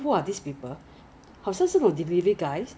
but they will say that it's so expensive 他当然叫他的家人